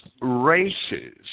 races